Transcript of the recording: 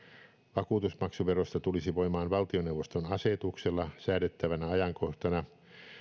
vakuutusmaksuverosta tulisi voimaan valtioneuvoston asetuksella säädettävänä ajankohtana